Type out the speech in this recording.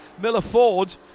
Miller-Ford